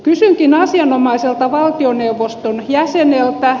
kysynkin asianomaiselta valtioneuvoston jäseneltä